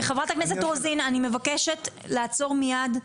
חברת הכנסת רוזין, אני מבקשת לעצור מיד.